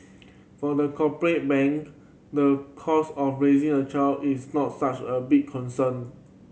for the corporate bank the cost of raising a child is not such a big concern